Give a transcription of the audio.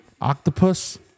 octopus